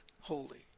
holy